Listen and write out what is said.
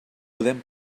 podem